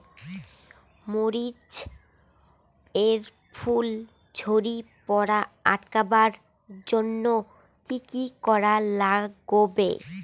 মরিচ এর ফুল ঝড়ি পড়া আটকাবার জইন্যে কি কি করা লাগবে?